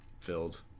filled